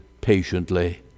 patiently